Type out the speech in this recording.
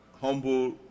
humble